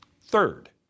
Third